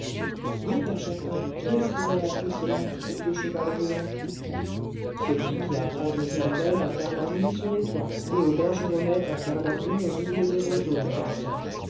oui père châtelain qui est-ce qui lui a appris cela au vieux cheval rouan celui qui apprend aux hirondelles à faire leur nid sur les toits et aux bergeronnettes à faire leur nid au milieu des roseaux mon garçon